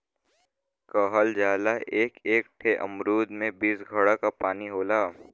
कहल जाला एक एक ठे अमरूद में बीस घड़ा क पानी होला